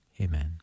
Amen